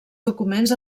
documents